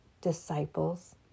disciples